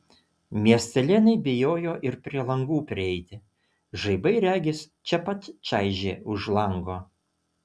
miestelėnai bijojo ir prie langų prieiti žaibai regis čia pat čaižė už lango